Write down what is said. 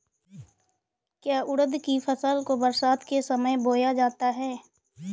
क्या उड़द की फसल को बरसात के समय बोया जाता है?